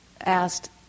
asked